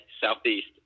southeast